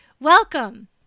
Welcome